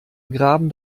graben